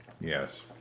Yes